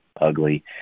ugly